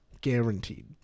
Guaranteed